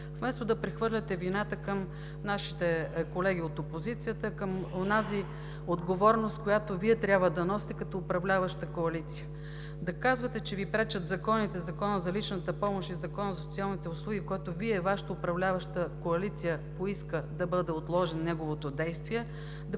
вместо да прехвърляте вината към нашите колеги от опозицията, към онази отговорност, която Вие трябва да носите като управляваща коалиция. Да казвате, че Ви пречат законите – Законът за личната помощ и Законът за социалните услуги, чието действие Вашата управляваща коалиция поиска да бъде отложено, да